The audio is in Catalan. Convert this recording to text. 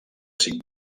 cinc